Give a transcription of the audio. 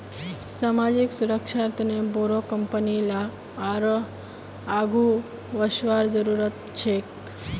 सामाजिक सुरक्षार तने बोरो कंपनी लाक आरोह आघु वसवार जरूरत छेक